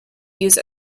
used